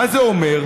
מה זה אומר?